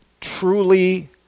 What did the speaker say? truly